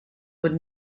would